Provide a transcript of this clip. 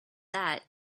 that